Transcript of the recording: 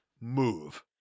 move